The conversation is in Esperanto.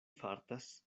fartas